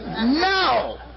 No